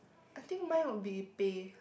I think mine would be pay